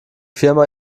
firma